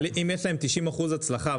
אבל אם יש להם 90% הצלחה,